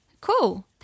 cool